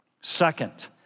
second